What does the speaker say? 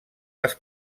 les